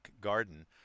garden